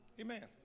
Amen